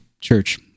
church